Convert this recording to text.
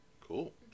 Cool